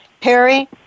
Perry